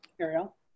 Ariel